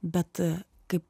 bet kaip